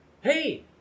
hey